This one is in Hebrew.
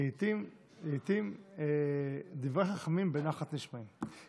לעיתים, לעיתים, דברי חכמים בנחת נשמעים.